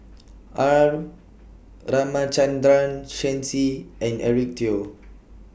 R Ramachandran Shen Xi and Eric Teo